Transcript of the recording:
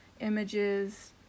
images